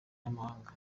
n’amahanga